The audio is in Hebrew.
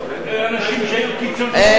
באום-אל-פחם לא היו אנשים שהיו קיצונים,